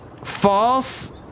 False